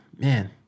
Man